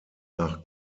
nach